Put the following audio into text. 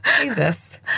Jesus